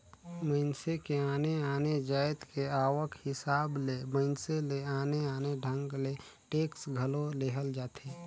मइनसे के आने आने जाएत के आवक हिसाब ले मइनसे ले आने आने ढंग ले टेक्स घलो लेहल जाथे